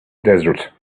desert